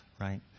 right